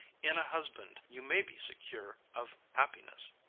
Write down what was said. in a husband, you may be secure of happiness.